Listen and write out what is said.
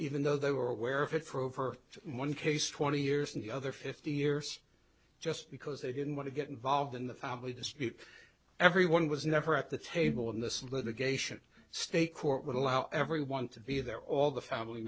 even though they were aware of it for over one case twenty years and the other fifty years just because they didn't want to get involved in the family dispute everyone was never at the table in this litigation state court would allow everyone to be there all the family